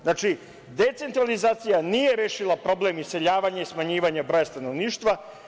Znači, decentralizacija nije rešila problem iseljavanja i smanjivanja broja stanovništva.